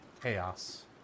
chaos